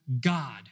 God